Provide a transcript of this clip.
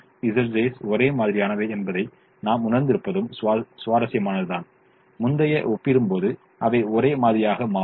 Cj Zj's ஒரே மாதிரியானவை என்பதை நாம் உணர்ந்திருப்பதும் சுவாரஸ்யமானது தான் முந்தையதை ஒப்பிடும்போது அவை ஒரே மாதிரியாக மாறும்